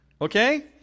Okay